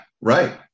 right